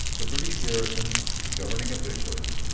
the british garrison, the governing officials,